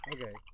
Okay